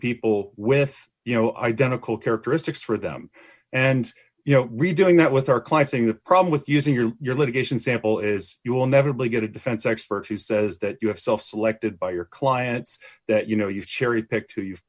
people with you know identical characteristics for them and you know redoing that with our client saying the problem with using your your litigation sample is you will never really get a defense expert who says that you have self selected by your clients that you know you cherry pick to you've